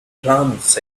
drums